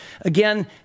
Again